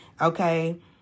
Okay